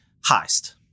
Heist